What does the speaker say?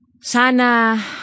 Sana